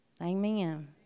Amen